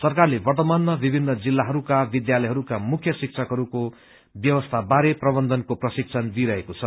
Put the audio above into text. सरकारले वर्त्तमानमा विभिन्न जिल्लाहरूका विध्यालयहरूका मुख्य शिक्षकहरूको ब्यवस्था बारे प्रबन्धनको प्रशिक्षण दिइरहेको छ